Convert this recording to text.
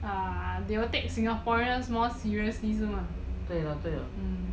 ah they will take singaporeans more seriously 是吗